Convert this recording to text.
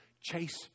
Chase